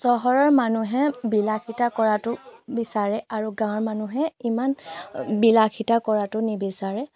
চহৰৰ মানুহে বিলাসিতা কৰাটো বিচাৰে আৰু গাঁৱৰ মানুহে ইমান বিলাসিতা কৰাটো নিবিচাৰে